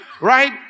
right